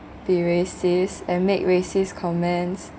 be racist and make racist comments